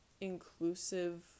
inclusive